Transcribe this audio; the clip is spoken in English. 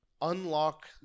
unlock